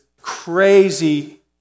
crazy